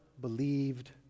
believed